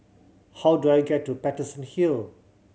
how do I get to Paterson Hill